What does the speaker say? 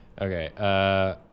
Okay